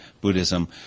Buddhism